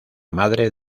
madre